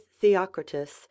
Theocritus